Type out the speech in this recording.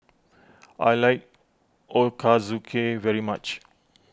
I like Ochazuke very much